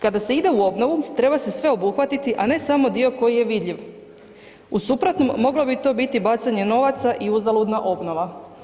Kada se ide u obnovu treba se sve obuhvatiti, a ne samo dio koji je vidljiv u suprotnom moglo bi to biti bacanje novaca i uzaludna obnova.